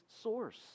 source